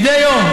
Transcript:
מדי יום,